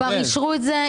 כבר אישרו את זה.